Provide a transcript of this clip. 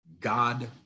God